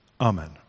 Amen